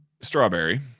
strawberry